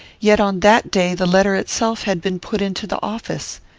yet on that day the letter itself had been put into the office.